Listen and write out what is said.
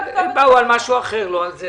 הם באו למשהו אחר, ולא על זה.